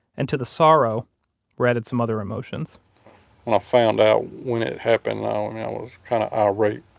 and to the sorrow were added some other emotions when i found out when it happened, ah and i was kind of ah irate.